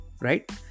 right